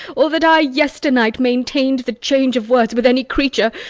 or that i yesternight maintain'd the change of words with any creature,